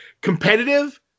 competitive